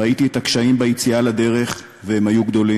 ראיתי את הקשיים ביציאה לדרך, והם היו גדולים.